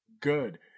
good